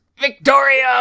Victoria